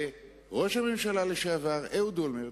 אמר את זה ראש הממשלה לשעבר, אהוד אולמרט.